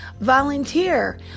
Volunteer